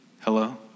Hello